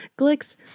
Glicks